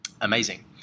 amazing